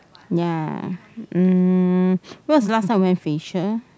ya um when was the last time you went facial